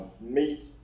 meat